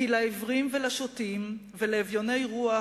כי לעיוורים ולשוטים ולאביוני רוח